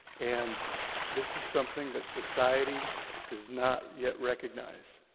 and this is something that society does not yet recognize.